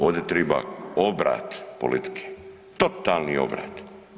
Ovdje triba obrat politike, totalni obrat.